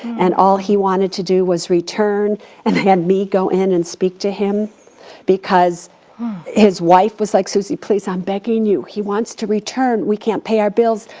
and all he wanted to do was return and had me go in and speak to him because his wife was like, suze please i'm begging you, he wants to return, we can't pay our bills.